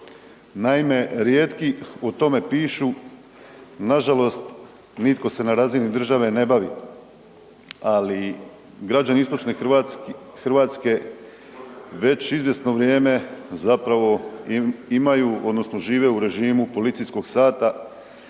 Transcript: Naime, rijetki o tome pišu, nažalost nitko se na razini države ne bavi, ali građani istočne Hrvatske već izvjesno vrijeme zapravo imaju odnosno žive u režimu policijskog sata